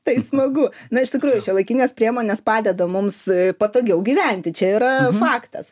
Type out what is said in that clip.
tai smagu na iš tikrųjų šiuolaikinės priemonės padeda mums patogiau gyventi čia yra faktas